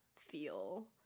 feel